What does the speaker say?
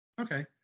Okay